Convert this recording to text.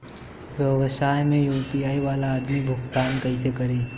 व्यवसाय में यू.पी.आई वाला आदमी भुगतान कइसे करीं?